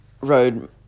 road